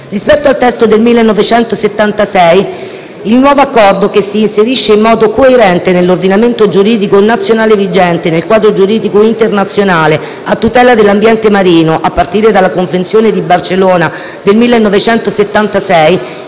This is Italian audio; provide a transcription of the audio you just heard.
Rispetto al testo del 1976, il nuovo accordo, che si inserisce in modo coerente nell'ordinamento giuridico nazionale vigente e nel quadro giuridico internazionale a tutela dell'ambiente marino, a partire dalla Convenzione di Barcellona del 1976,